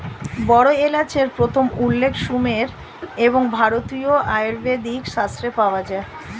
বড় এলাচের প্রথম উল্লেখ সুমের এবং ভারতীয় আয়ুর্বেদিক শাস্ত্রে পাওয়া যায়